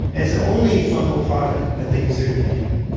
it's the only fungal product that they consider to be a human